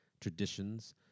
traditions